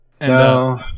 No